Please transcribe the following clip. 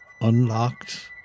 unlocked